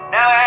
Now